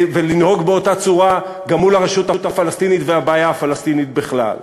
ולנהוג באותה צורה גם מול הרשות הפלסטינית והבעיה הפלסטינית בכלל.